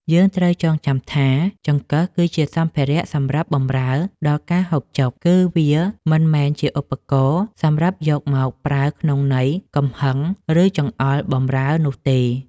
យើងត្រូវចងចាំថាចង្កឹះគឺជាសម្ភារៈសម្រាប់បម្រើដល់ការហូបចុក គឺ វាមិនមែនជាឧបករណ៍សម្រាប់យកមកប្រើក្នុងន័យកំហឹងឬចង្អុលបម្រើនោះទេ។